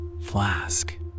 flask